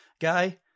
guy